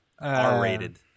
R-rated